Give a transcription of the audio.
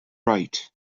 right